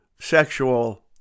sexual